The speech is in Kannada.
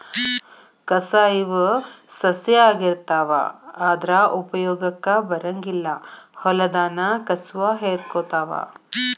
ಕಸಾ ಇವ ಸಸ್ಯಾ ಆಗಿರತಾವ ಆದರ ಉಪಯೋಗಕ್ಕ ಬರಂಗಿಲ್ಲಾ ಹೊಲದಾನ ಕಸುವ ಹೇರಕೊತಾವ